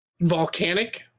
Volcanic